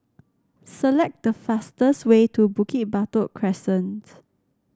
select the fastest way to Bukit Batok Crescent